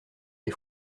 les